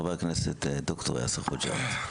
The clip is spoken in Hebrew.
חבר הכנסת, ד"ר יאסר חוג'יראת.